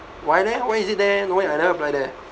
why leh why is it there leh no leh I never apply there